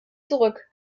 zurück